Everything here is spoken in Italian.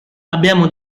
abbiamo